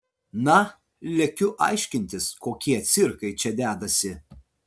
na lekiu aiškintis kokie cirkai čia dedasi